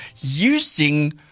using